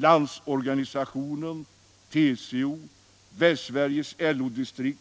LO, TCO, Väst Sveriges LO-distrikt,